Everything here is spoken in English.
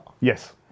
Yes